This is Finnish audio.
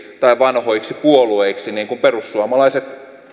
tai vanhoiksi puolueiksi niin kuin perussuomalaiset